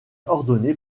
ordonné